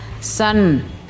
Sun